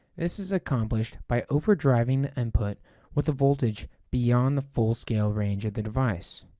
this is accomplished by overdriving the input with a voltage beyond the full-scale range of the device.